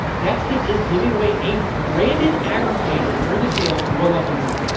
dexkit is giving away a branded aggregator during the sale to one lucky winner.